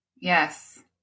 Yes